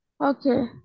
Okay